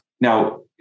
Now